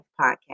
podcast